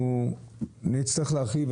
אנחנו נצטרך להרחיב.